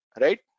right